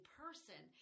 person